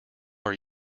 are